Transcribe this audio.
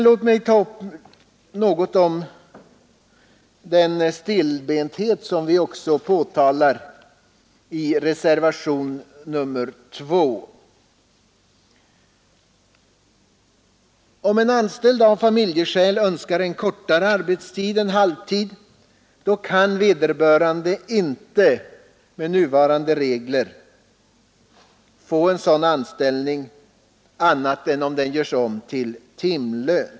Låt mig ta upp något om den stelbenthet vi också påtalar i reservationen 2. Om en anställd av familjeskäl önskar en kortare arbetstid än halvtid kan vederbörande inte med nuvarande regler få en sådan anställning annat än om den görs om till timlön.